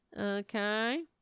Okay